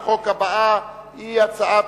התש"ע 2010, נתקבל.